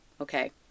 Okay